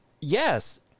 Yes